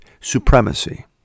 supremacy